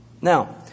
Now